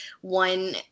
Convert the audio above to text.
one